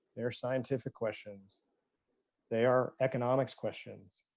there are scientific questions they are economics questions.